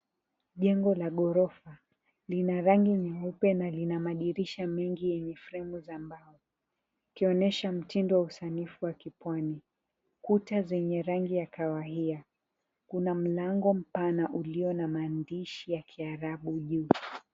Jengo la ghorofa lina rangi nyeupe na lina madirisha mengi yenye fremu za mbao, likionyesha mtindo wa usanifu wa pwani. Kuta zenye rangi ya kahawia. Kuna mlango mpana ulio na maandishi ya Kiarabu juu.